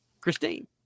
christine